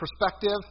perspective